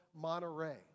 Monterey